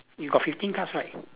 you got fifteen cards right